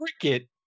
Cricket